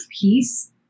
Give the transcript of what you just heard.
peace